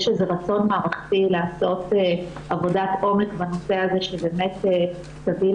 יש רצון מערכתי לעשות עבודת עומק בנושא הזה שבאמת תביא